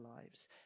lives